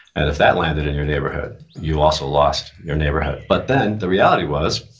and if that landed in your neighborhood, you also lost your neighborhood. but then the reality was